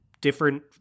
different